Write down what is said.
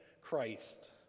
Christ